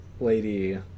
lady